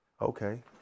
Okay